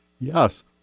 Yes